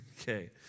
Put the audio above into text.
Okay